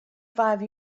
five